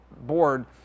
board